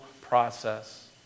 process